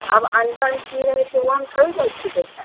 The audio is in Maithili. आब अन्दरमे की रहै छै ओ हम थोड़े ही जाइ छियै देखै